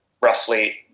roughly